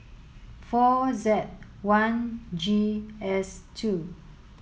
four Z one G S two